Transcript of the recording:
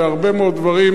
בהרבה מאוד דברים,